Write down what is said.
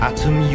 Atom